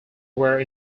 were